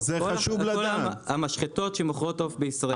כל המשחטות שמוכרות עוף בישראל.